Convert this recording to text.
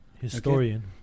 Historian